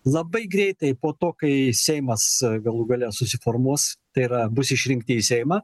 labai greitai po to kai seimas galų gale susiformuos tai yra bus išrinkti į seimą